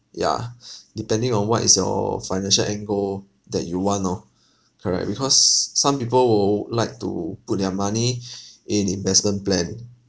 yeah depending on what is your financial angle that you want orh correct because some people would like to put their money in investment plan